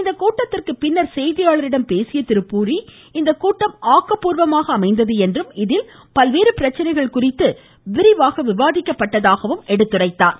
இக்கூட்டத்திற்கு பின்னர் செய்தியாளர்களிடம் பேசிய திரு பூரி இக்கூட்டம் ஆக்கபூர்வமாக அமைந்தது என்றும் இதில் பல்வேறு பிரச்னைகள் குறித்து விரிவாக விவாதிக்கப்பட்டதாகவும் எடுத்துரைத்தார்